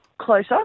Closer